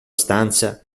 stanza